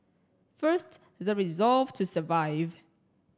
first the resolve to survive